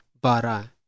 bara